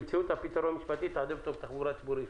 תמצאו את הפתרון המשפטי לתעדף אותו גם בתחבורה ציבורית.